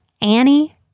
Annie